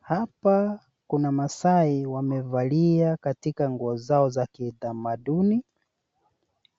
Hapa kuna maasai wamevalia katika nguo zao za kitamaduni.